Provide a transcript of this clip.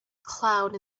cloud